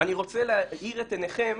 אני רוצה להאיר את עיניכם